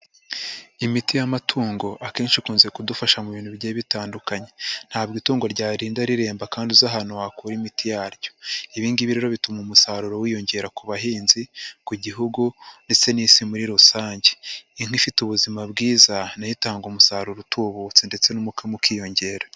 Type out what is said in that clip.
Imiti y'amatungo akenshi ikunze kudufasha mu bintu bigiye bitandukanye. Ntabwo itungo ryarinda riremba kandi uzi ahantu wakura imiti yaryo. Ibi ngibi rero bituma umusaruro wiyongera ku bahinzi, ku gihugu, ndetse n'isi muri rusange. Inka ifite ubuzima bwiza nayo itanga umusaruro utubutse ndetse n'umukamo ukiyongera.